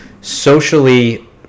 socially